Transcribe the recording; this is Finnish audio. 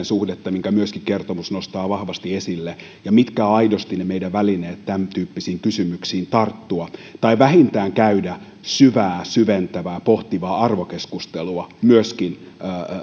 suhdetta minkä myöskin kertomus nostaa vahvasti esille ja myöskin se mitkä aidosti ovat ne meidän välineemme tämäntyyppisiin kysymyksiin tarttua tai vähintään käydä syvää syventävää pohtivaa arvokeskustelua myöskin